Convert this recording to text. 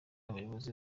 abayobozi